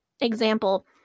example